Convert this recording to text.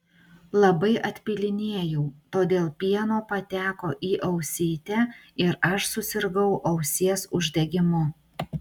labai atpylinėjau todėl pieno pateko į ausytę ir aš susirgau ausies uždegimu